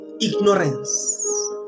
ignorance